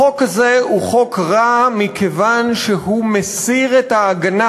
החוק הזה הוא חוק רע מכיוון שהוא מסיר את ההגנה